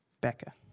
Becca